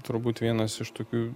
turbūt vienas iš tokių